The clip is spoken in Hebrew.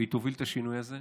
והיא תוביל את השינוי הזה.